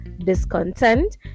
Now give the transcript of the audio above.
Discontent